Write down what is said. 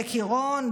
בעמק עירון,